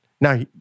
Now